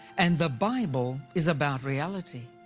and the bible is about reality.